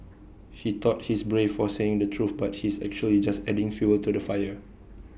he thought he's brave for saying the truth but he's actually just adding fuel to the fire